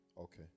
Okay